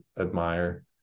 admire